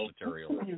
material